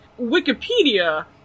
Wikipedia